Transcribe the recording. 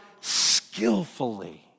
skillfully